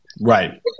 right